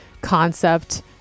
concept